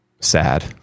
Sad